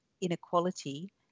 inequality